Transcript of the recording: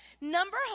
Number